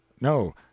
No